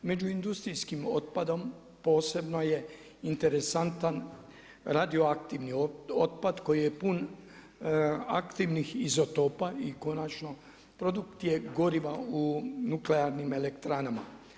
Među industrijskim otpadom posebno je interesantan radioaktivni otpad koji je pun aktivnih izotopa i konačno produkt je goriva u nuklearnim elektranama.